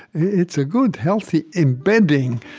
it's a good, healthy embedding,